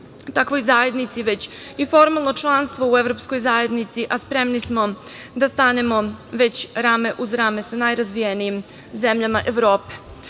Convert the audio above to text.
takvoj zajednici, već i formalno članstvo u Evropskoj zajednici, a spremni smo da stanemo već rame uz rame sa najrazvijenijim zemljama Evrope.